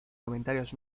comentarios